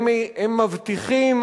הם מבטיחים,